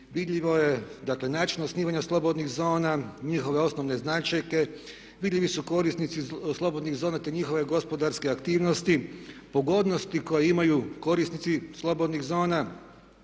vidljivo dakle način osnivanja slobodnih zona, njihove osnovne značajke. Vidljivi su korisnici slobodnih zona te njihove gospodarske aktivnosti, pogodnosti koje imaju korisnici slobodnih zona,